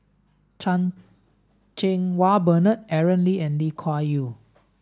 Chan Cheng Wah Bernard Aaron Lee and Lee Kuan Yew